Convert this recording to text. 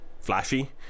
flashy